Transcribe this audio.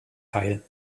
teil